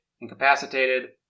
incapacitated